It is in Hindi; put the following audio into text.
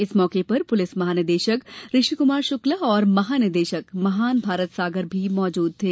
इस मौंके पर पुलिस महानिदेशक ऋषी कुमार शुक्ला और महानिदेशक महान भारत सागर भी मौजूद थे